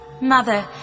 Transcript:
Mother